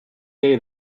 day